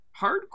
hardcore